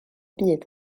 bydd